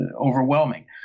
overwhelming